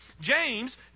James